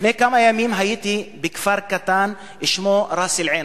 לפני כמה ימים הייתי בכפר קטן ששמו ראס-אל-עין,